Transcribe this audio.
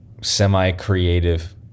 semi-creative